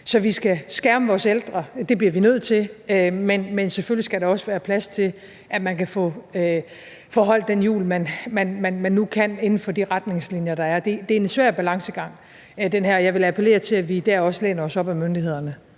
Så vi skal skærme vores ældre, det bliver vi nødt til, men selvfølgelig skal der også være plads til, at man kan få holdt den jul, man nu kan, inden for de retningslinjer, der er. Det er en svær balancegang med den her, og jeg vil appellere til, at vi også dér læner os op ad myndighederne.